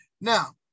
Now